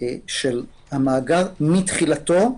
של המאגר מתחילתו,